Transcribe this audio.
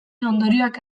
ondorioak